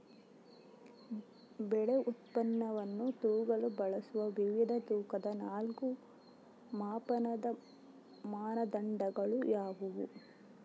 ಬೆಳೆ ಉತ್ಪನ್ನವನ್ನು ತೂಗಲು ಬಳಸುವ ವಿವಿಧ ತೂಕದ ನಾಲ್ಕು ಮಾಪನದ ಮಾನದಂಡಗಳು ಯಾವುವು?